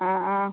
അ ആ